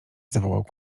zawołał